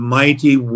mighty